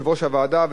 אתה מודה לכולם,